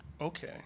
okay